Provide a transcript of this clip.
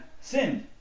sinned